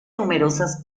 numerosas